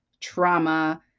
trauma